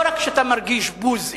לא רק שאתה מרגיש בוז אליהם,